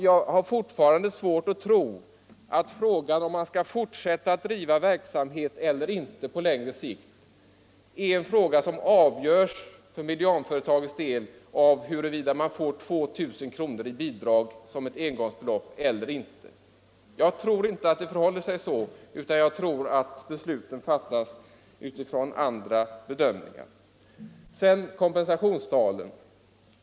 Jag har fortfarande svårt att tro att frågan om medianföretaget skall fortsätta sin verksamhet eller inte är en fråga som avgörs av huruvida man får 2 000 kr. i engångsbidrag eller inte. Jag tror att besluten fattas utifrån andra bedömningar. Sedan några ord om kompensationstalen.